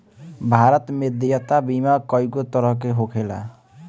भारत में देयता बीमा कइगो तरह के होखेला